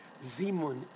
zimun